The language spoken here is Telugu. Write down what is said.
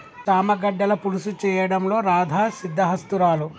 చామ గడ్డల పులుసు చేయడంలో రాధా సిద్దహస్తురాలు